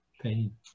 pain